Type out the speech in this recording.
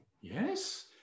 yes